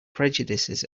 prejudices